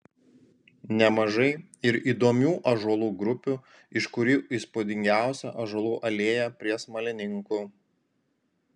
nemažai ir įdomių ąžuolų grupių iš kurių įspūdingiausia ąžuolų alėja prie smalininkų